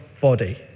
body